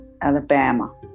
Alabama